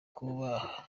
kubaha